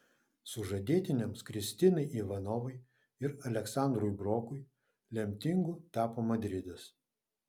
sužadėtiniams kristinai ivanovai ir aleksandrui brokui lemtingu tapo madridas